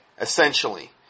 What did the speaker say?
Essentially